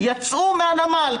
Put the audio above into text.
יצאו מהנמל.